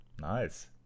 Nice